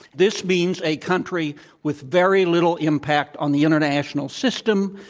this means a country with very little impact on the international system,